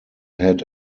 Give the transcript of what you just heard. had